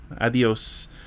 Adios